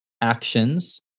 actions